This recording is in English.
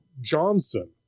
Johnson